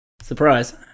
Surprise